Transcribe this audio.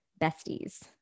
besties